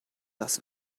das